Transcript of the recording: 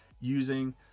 using